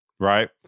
right